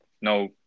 No